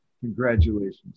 Congratulations